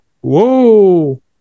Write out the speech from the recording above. Whoa